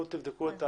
תבדקו.